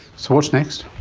so what's next?